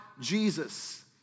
Jesus